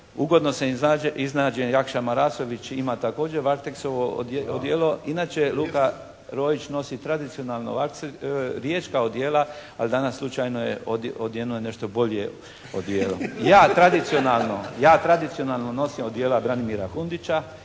ugodno sam iznenađen Jakša Marasović ima također "Varteksovo" odijelo. Inače Luka Roić nosi tradicionalno riječka odijela ali danas slučajno je odjenuo nešto bolje odijelo. Ja tradicionalno nosim odijela "Branimira Hundića"